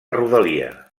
rodalia